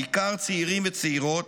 בעיקר צעירים וצעירות,